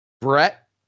Brett